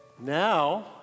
Now